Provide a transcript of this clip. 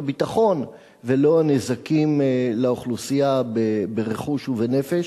הביטחון ולא הנזקים לאוכלוסייה ברכוש ובנפש.